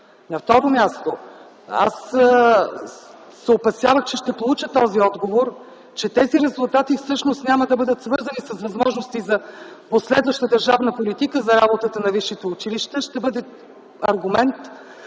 На второ място – аз се опасявах, че ще получа този отговор, че тези резултати всъщност няма да бъдат свързани с възможности за последваща държавна политика за работата на висшите училища, ще бъде аргумент